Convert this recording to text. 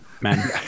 man